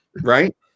Right